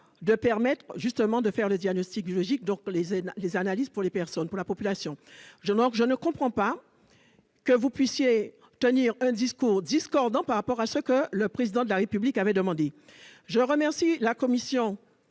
de permettre justement de faire le diagnostic biologique, donc les haines, les analyses pour les personnes, pour la population, je crois, je ne comprends pas que vous puissiez tenir un discours discordants par rapport à ce que le président de la République avait demandé je remercie la commission